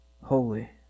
holy